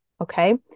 Okay